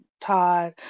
Todd